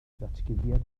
ddatguddiad